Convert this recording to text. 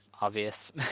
obvious